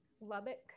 Lubbock